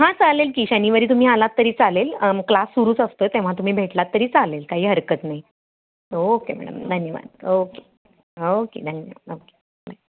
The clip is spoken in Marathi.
हां चालेल की शनिवारी तुम्ही आलात तरी चालेल क्लास सुरूच असतो तेव्हा तुम्ही भेटलात तरी चालेल काही हरकत नाही ओके मॅडम धन्यवाद ओके ओके धन्यवाद ओके बाय